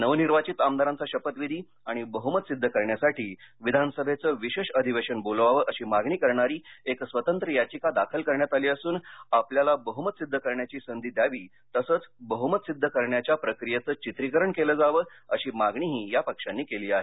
नवनिर्वाचित आमदारांचा शपथविधी आणि बह्मत सिद्ध करण्यासाठी विधानसभेचं विशेष अधिवेशन बोलवावं अशी मागणी करणारी एक स्वतंत्र याचिका दाखल करण्यात आली असून आपल्याला बहुमत सिद्ध करण्याची संधी द्यावी तसच बहुमत सिद्ध करण्याच्या प्रक्रियेचं चित्रीकरण केलं जावं अशी मागणीही या पक्षांनी केली आहे